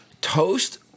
toast